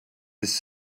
his